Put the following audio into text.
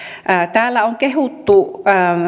täällä on kehuttu